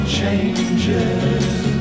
changes